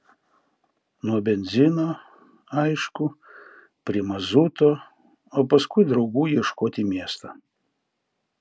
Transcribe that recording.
nuo benzino aišku prie mazuto o paskui draugų ieškot į miestą